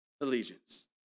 allegiance